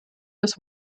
des